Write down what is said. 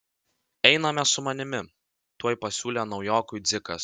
einame su manimi tuoj pasiūlė naujokui dzikas